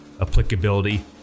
applicability